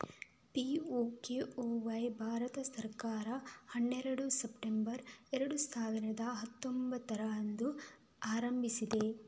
PMKMY Bharat ಸರ್ಕಾರ ಹನ್ನೆರಡು September ಎರಡು ಸಾವಿರದ ಹತ್ತೊಂಭತ್ತರಂದು ಆರಂಭಿಸಿದೆ